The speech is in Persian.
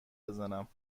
بزنم